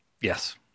yes